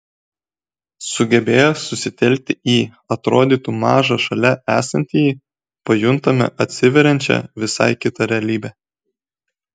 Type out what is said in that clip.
sugebėję susitelkti į atrodytų mažą šalia esantįjį pajuntame atsiveriančią visai kitą realybę